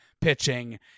pitching